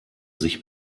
sich